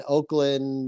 Oakland